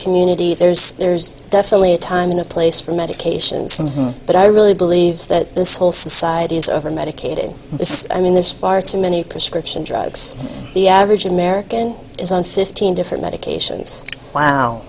community there's there's definitely a time in a place for medications but i really believe that this whole society is over medicating i mean there's far too many prescription drugs the average american is on fifteen different medications wow